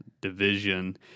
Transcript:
division